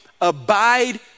abide